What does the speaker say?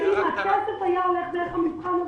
ואם הכסף היה הולך דרך המבחן הזה,